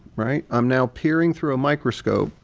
right? i'm now peering through a microscope.